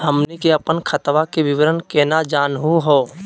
हमनी के अपन खतवा के विवरण केना जानहु हो?